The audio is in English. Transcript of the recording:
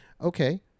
Okay